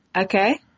Okay